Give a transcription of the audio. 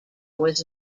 was